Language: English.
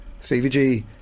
CVG